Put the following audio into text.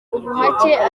ubuhake